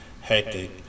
hectic